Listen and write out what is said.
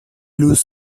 luz